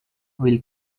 will